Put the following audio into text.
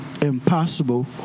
impossible